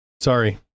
Sorry